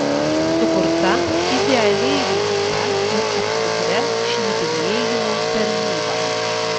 sukurta idealiai veiklia ir apsukria šnipinėjimo tarnyba